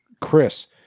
Chris